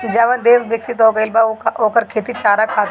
जवन देस बिकसित हो गईल बा उहा एकर खेती चारा खातिर होला